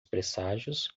presságios